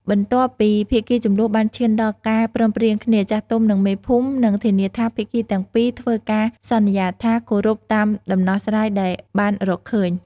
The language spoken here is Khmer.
បន្ទាប់ពីភាគីជម្លោះបានឈានដល់ការព្រមព្រៀងគ្នា ចាស់ទុំ និងមេភូមិ នឹងធានាថាភាគីទាំងពីរធ្វើការសន្យាថាគោរពតាមដំណោះស្រាយដែលបានរកឃើញ។